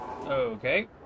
Okay